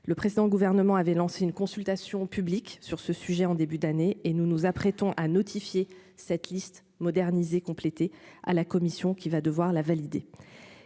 le précédent gouvernement avait lancé une consultation publique sur ce sujet en début d'année et nous nous apprêtons à notifier cette liste modernisé, complété à la commission qui va devoir la valider,